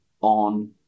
on